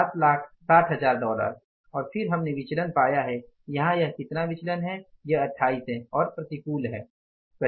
760000 dollar और फिर हमने विचलन पाया है यहां यह कितना है यह 28 है और प्रतिकूल है सही है